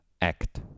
act